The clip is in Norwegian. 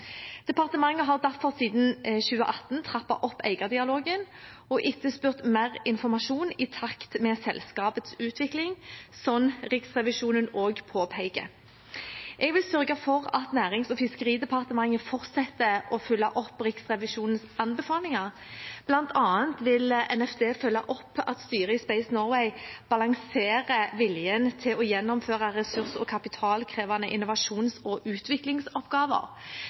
Departementet har derfor siden 2018 trappet opp eierdialogen og etterspurt mer informasjon i takt med selskapets utvikling, som Riksrevisjonen også påpeker. Jeg vil sørge for at Nærings- og fiskeridepartementet fortsetter å følge opp Riksrevisjonens anbefalinger. Blant annet vil NFD følge opp at styret i Space Norway balanserer viljen til å gjennomføre ressurs- og kapitalkrevende innovasjons- og utviklingsoppgaver